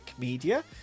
Media